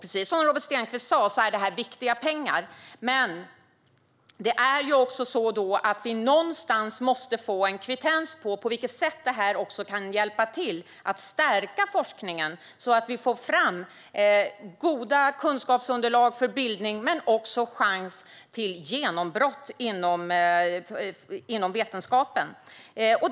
Precis som Robert Stenkvist sa är det viktiga pengar, men någonstans måste vi få en kvittens på hur detta kan hjälpa till att stärka forskningen så att vi får fram goda kunskapsunderlag för bildning men också har chans till genombrott inom vetenskapen.